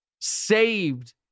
saved